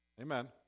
Amen